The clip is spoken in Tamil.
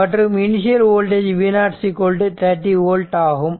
மற்றும் இனிஷியல் வோல்டேஜ் v0 30 ஓல்ட் ஆகும்